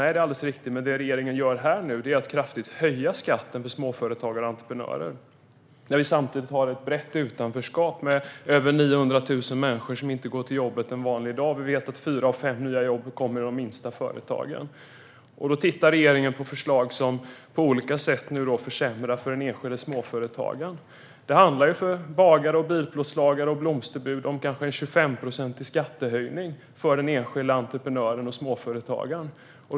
Detta är alldeles riktigt, men det regeringen gör nu är att kraftigt höja skatten för småföretagare och entreprenörer. Detta gör man samtidigt som vi har ett brett utanförskap med över 900 000 människor som inte går till jobbet en vanlig dag. Vi vet att fyra av fem nya jobb skapas i de minsta företagen. Regeringen tittar på förslag som på olika sätt försämrar för enskilda småföretagare. För bagare, bilplåtslagare och blomsterbud - för enskilda entreprenörer och småföretagare - kanske det handlar om en 25-procentig skattehöjning.